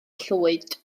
llwyd